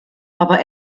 aber